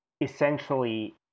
essentially